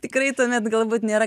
tikrai tuomet galbūt nėra